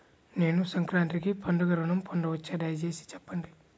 నేను సంక్రాంతికి పండుగ ఋణం పొందవచ్చా? దయచేసి చెప్పండి?